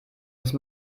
jetzt